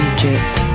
Egypt